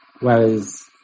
whereas